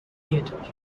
theater